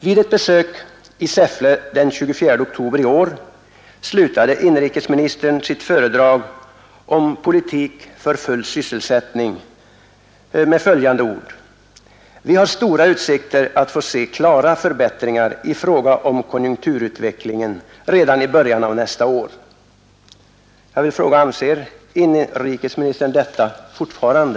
Vid ett besök i Säffle den 24 oktober i år slutade inrikesministern sitt föredrag om Politik för full sysselsättning med följande ord: Vi har stora utsikter att få se klara förbättringar i fråga om konjunkturutvecklingen redan i början av nästa år. Jag vill fråga: Anser inrikesministern detta fortfarande?